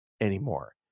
anymore